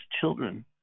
children